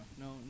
No